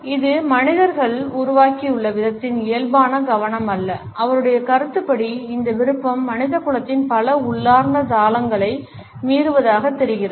இது மனிதர்கள் உருவாகியுள்ள விதத்தின் இயல்பான கவனம் அல்ல அவருடைய கருத்துப்படி இந்த விருப்பம் மனிதகுலத்தின் பல உள்ளார்ந்த தாளங்களை மீறுவதாக தெரிகிறது